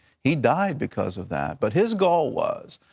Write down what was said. he died because of that. but his goal was,